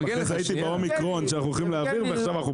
אחרי זה הייתי באומיקרון שאנחנו הולכים להעביר,